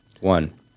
one